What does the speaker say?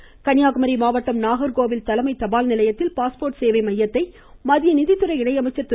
ம் ம் ம் ம இருவரி கன்னியாகுமரி மாவட்டம் நாகர்கோவில் தலைமை தபால் நிலையத்தில் பாஸ்போர்ட் சேவை மையத்தை மத்திய நிதித்துறை இணையமைச்சர் திரு